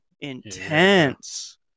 intense